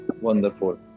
Wonderful